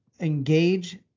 engage